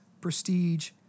prestige